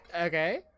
Okay